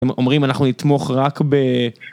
אומרים אנחנו נתמוך רק ב...